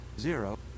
zero